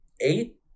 eight